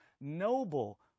noble